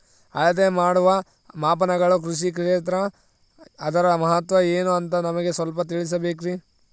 ಅಳತೆ ಮಾಡುವ ಮಾಪನಗಳು ಕೃಷಿ ಕ್ಷೇತ್ರ ಅದರ ಮಹತ್ವ ಏನು ಅಂತ ನಮಗೆ ಸ್ವಲ್ಪ ತಿಳಿಸಬೇಕ್ರಿ?